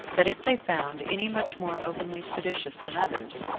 that if they found any much more openly seditious than others,